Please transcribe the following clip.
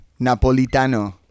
Napolitano